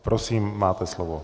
Prosím, máte slovo.